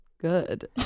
good